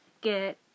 get